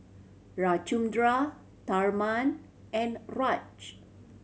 Ramchundra Tharman and Raj